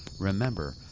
Remember